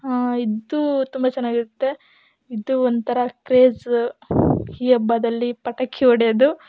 ಇದು ತುಂಬ ಚೆನ್ನಾಗಿರುತ್ತೆ ಇದು ಒಂಥರ ಕ್ರೇಜ್ ಈ ಹಬ್ಬದಲ್ಲಿ ಪಟಾಕಿ ಹೊಡ್ಯೋದು